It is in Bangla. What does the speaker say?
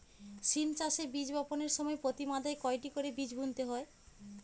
সিম চাষে বীজ বপনের সময় প্রতি মাদায় কয়টি করে বীজ বুনতে হয়?